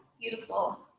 beautiful